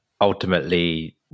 ultimately